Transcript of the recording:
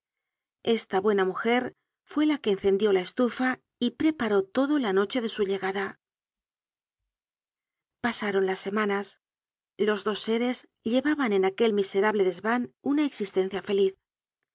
esta buena mujer fue la que encendió la estufa y preparó todo la noche de su llegada pasaron las semanas los dos seres llevaban en aquel miserable desvan una existencia feliz